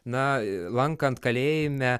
na lankant kalėjime